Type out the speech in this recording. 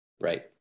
Right